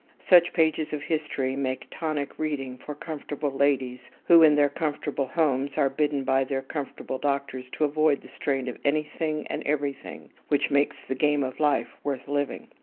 such pages of history make tonic reading for comfortable ladies who, in their comfortable homes, are bidden by their comfortable doctors to avoid the strain of anything and everything which makes the game of life worth living.